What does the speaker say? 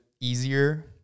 easier